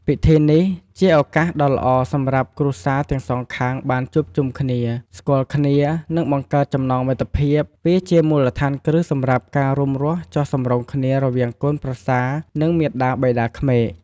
ពិធីនេះ ជាឱកាសដ៏ល្អសម្រាប់គ្រួសារទាំងសងខាងបានជួបជុំគ្នា ស្គាល់គ្នា និងបង្កើតចំណងមិត្តភាព វាជាមូលដ្ឋានគ្រឹះសម្រាប់ការរួមរស់ចុះសម្រុងគ្នារវាងកូនប្រសា និងមាតាបិតាក្មេក។